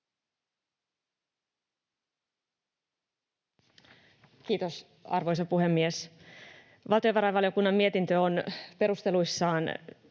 Kiitos, arvoisa puhemies! Valtiovarainvaliokunnan mietintö on perusteluissaan